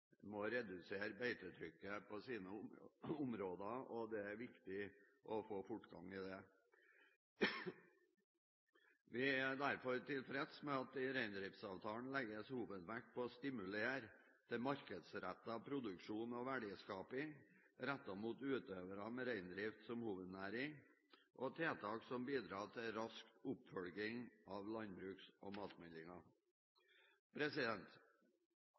må redusere beitetrykket i sine områder, og det er viktig å få fortgang i dette. Vi er derfor tilfreds med at det i reindriftsavtalen legges hovedvekt på å stimulere til markedsrettet produksjon og verdiskaping, rettet mot utøvere med reindrift som hovednæring, og tiltak som bidrar til rask oppfølging av landbruks- og